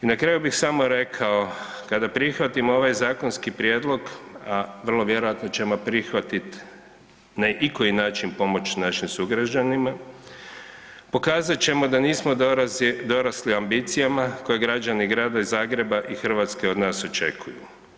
I na kraju bih samo rekao, kada prihvatimo ovaj zakonski prijedlog, a vrlo vjerojatno ćemo prihvatit na ikoji način pomoć našim sugrađanima, pokazat ćemo da nismo dorasli ambicijama koje građani Grada Zagreba i Hrvatske od nas očekuju.